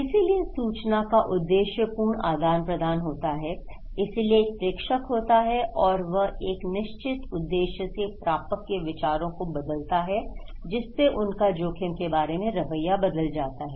इसलिए सूचना का उद्देश्यपूर्ण आदान प्रदान होता है इसलिए एक प्रेषक होता है और वह एक निश्चित उद्देश्य से प्रापक के विचारों को बदलता है जिससे उनका जोखिम के बारे में रवैया बदल जाता है